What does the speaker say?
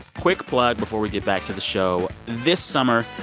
quick plug before we get back to the show this summer,